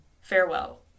Farewell